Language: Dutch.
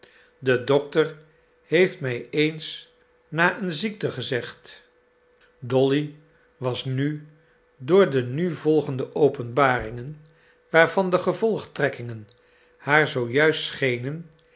de dokter heeft mij eens na een ziekte gezegd dolly was nu door de nu volgende openbaringen waarvan de gevolgtrekkingen haar zoo juist schenen